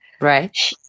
right